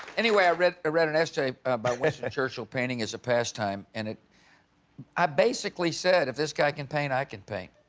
anyway, i read read an essay by winston churchill, painting as a pastime and i basically said, if this guy can paint, i can paint.